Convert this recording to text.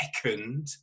second